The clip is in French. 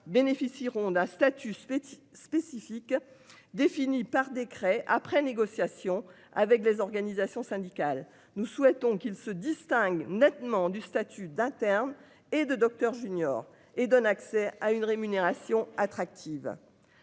bénéficieront d'un statut spécial spécifique défini par décret après négociation avec les organisations syndicales, nous souhaitons qu'il se distingue nettement du statut d'internes et de Docteur junior et donne accès à une rémunération attractive.--